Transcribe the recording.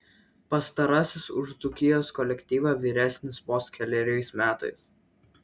pastarasis už dzūkijos kolektyvą vyresnis vos keleriais metais